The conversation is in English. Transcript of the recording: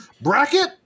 Bracket